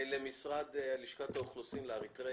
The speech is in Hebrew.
ולשכת אוכלוסין לאריתראים.